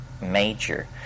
major